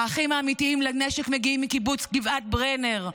האחים האמיתיים לנשק מגיעים מקיבוץ גבעת ברנר,